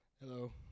Hello